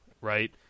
right